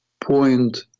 point